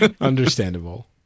Understandable